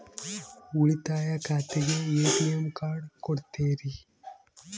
ಉಳಿತಾಯ ಖಾತೆಗೆ ATM card ಕೊಡ್ತೇರಿ?